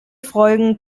folgen